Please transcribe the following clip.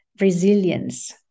resilience